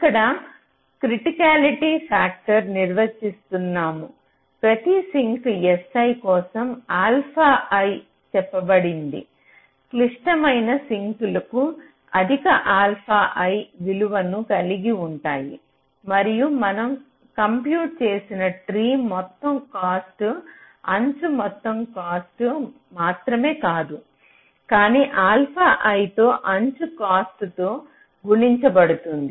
ఇక్కడ criticality factor నిర్వచిస్తున్నాము ప్రతి సింక్ si కోసం ఆల్ఫా ఐ చెప్పబడింది క్లిష్టమైన సింక్లు లకు అధిక ఆల్ఫా ఐ విలువను కలిగి ఉంటాయి మరియు మనం కంప్యూట చేస్తున్న ట్రీ మొత్తం కాస్ట్ అంచు మొత్తం కాస్ట్ మాత్రమే కాదు కానీ ఆల్ఫా ఐ తో అంచు కాస్ట్ తో గుణించబడుతుంది